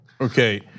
okay